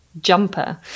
jumper